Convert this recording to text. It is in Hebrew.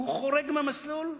אם הוא חורג מהמסלול,